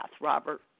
Robert